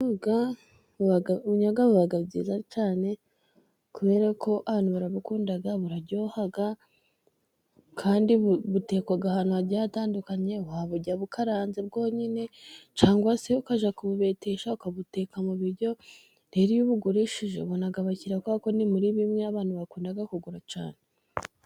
Ubunyobwa buba bwiza cyane kubera ko abantu barabukunda, buraryoha kandi butekwa ahantu hagiye hatandukanye, waburya bukaranze bwonyine cyangwa se ukajya kububetesha ukabuteka mu biryo, rero iyo ubugurishije ubona abakiriya kubera ko ni muri bimwe abakiriya bakunda kugura cyane.